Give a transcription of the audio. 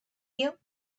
you